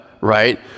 right